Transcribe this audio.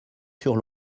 sur